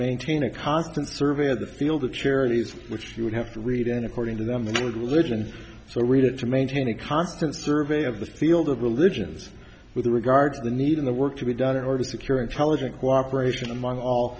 maintain a constant survey of the field of charities which you would have to read and according to them that would listen so i read it to maintain a constant survey of the field of religions with regard to the need of the work to be done in order to secure intelligent cooperation among all